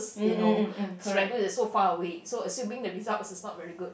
you know serangoon is like so far away so assuming the result is not very good